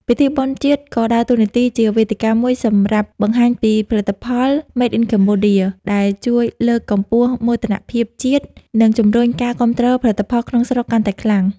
ពិធីបុណ្យជាតិក៏ដើរតួនាទីជាវេទិកាមួយសម្រាប់បង្ហាញពីផលិតផល "Made in Cambodia" ដែលជួយលើកកម្ពស់មោទនភាពជាតិ និងជំរុញការគាំទ្រផលិតផលក្នុងស្រុកកាន់តែខ្លាំង។